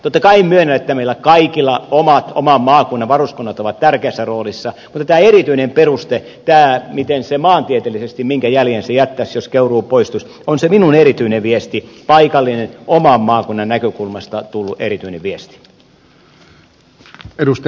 totta kai myönnän että meillä kaikilla oman maakunnan omat varuskunnat ovat tärkeässä roolissa mutta tämä erityinen peruste tämä minkä maantieteellisen jäljen se jättäisi jos keuruu poistuisi on se minun erityinen viestini paikallinen oman maakunnan näkökulmasta tullut erityinen viesti